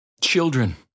Children